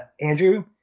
Andrew